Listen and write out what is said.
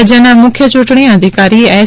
રાજ્યના મુખ્ય ચૂંટણી અધિકારી એસ